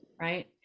Right